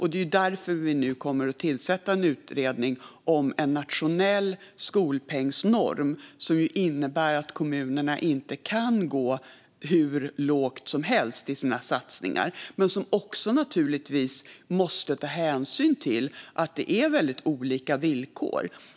Det är därför vi nu kommer att tillsätta en utredning om en nationell skolpengsnorm som innebär att kommunerna inte kan gå hur lågt som helst i sina satsningar men som också naturligtvis måste ta hänsyn till att det är väldigt olika villkor.